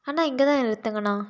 அண்ணா இங்கேதான் நிறுத்துங்க அண்ணா